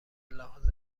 لحاظ